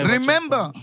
Remember